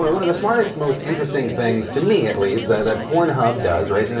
one of the smartest, most interesting things, to me at least, that pornhub does, right, and